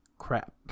Crap